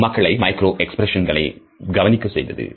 அது மக்களை மைக்ரோ எக்ஸ்பிரஷன்களை கவனிக்க செய்தது